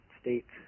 states